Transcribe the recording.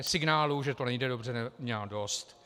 Signálů, že to nejde dobře, měla dost.